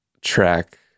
track